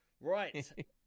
Right